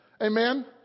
Amen